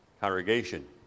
congregation